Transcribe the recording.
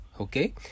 okay